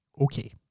Okay